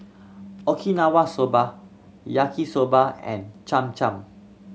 Okinawa Soba Yaki Soba and Cham Cham